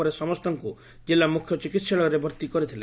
ପରେ ସମସ୍ତଙ୍କୁ ଜିଲ୍ଲା ମୁଖ୍ୟ ଚିକିସ୍ଠାଳୟରେ ଭର୍ତି କରିଥିଲେ